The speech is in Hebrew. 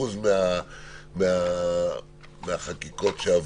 ב-50% מהחקיקות שעברו.